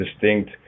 distinct